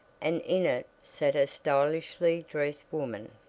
and in it sat a stylishly dressed woman.